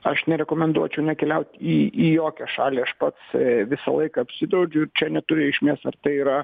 aš nerekomenduočiau nekeliaut į į jokią šalį aš pats visąlaik apsidraudžiu čia neturi reikšmės ar tai yra